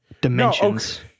dimensions